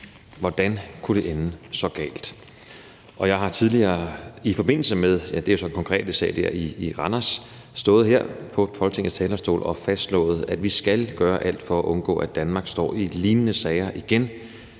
hvordan det kunne ende så galt. Jeg har tidligere i forbindelse med den konkrete sag der i Randers stået her på Folketingets talerstol og fastslået, at vi skal gøre alt for at undgå, at Danmark står med lignende sager igen,